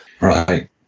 right